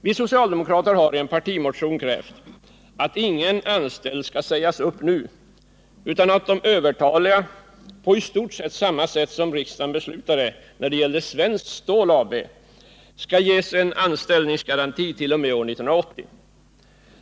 Vi socialdemokrater har i en partimotion krävt att ingen anställd skall sägas upp nu, utan att de övertaliga på i stort sett samma sätt som riksdagen beslutade när det gällde Svenskt Stål AB skall ges en anställningsgaranti t.o.m. 1980.